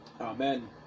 Amen